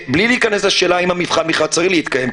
בלי להיכנס לשאלה אם המבחן בכלל צריך להתקיים,